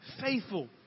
faithful